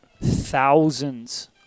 thousands